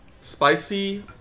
spicy